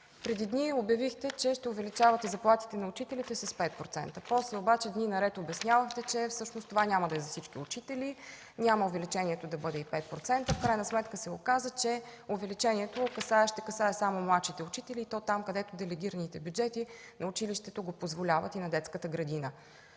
Преди дни обявихте, че ще увеличавате заплатите на учителите с 5%. После обаче дни наред обяснявахте, че всъщност това няма да е за всички учители, увеличението няма да бъде и 5%. В крайна сметка се оказа, че то ще касае само младшите учители, и то там, където делегираните бюджети на училището го позволяват, и на детската градина.